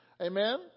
Amen